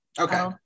Okay